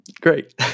great